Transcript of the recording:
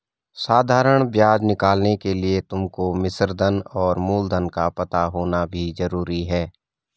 साधारण ब्याज निकालने के लिए तुमको मिश्रधन और मूलधन का पता होना भी जरूरी है